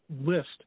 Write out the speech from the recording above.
list